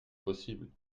possible